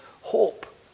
hope